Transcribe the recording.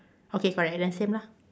okay correct and then same lah